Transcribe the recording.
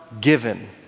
given